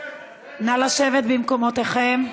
נא לשבת במקומותיכם,